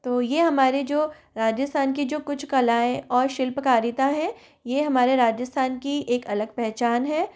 तो ये हमारे जो राजस्थान की जो कुछ कलाएं और शिल्पकारिता है ये हमारे राजस्थान की एक अलग पहचान है